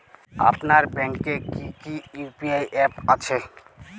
আপনার ব্যাংকের কি কি ইউ.পি.আই অ্যাপ আছে?